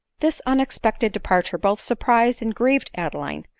this unexpected departure both surprised and grieved adeline,